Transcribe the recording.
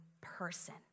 person